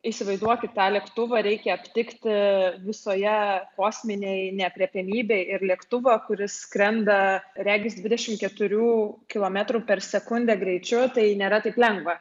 įsivaizduokit tą lėktuvą reikia aptikti visoje kosminėj neaprėpiamybėj ir lėktuvą kuris skrenda regis dvidešim keturių kilometrų per sekundę greičiu tai nėra taip lengva